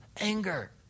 anger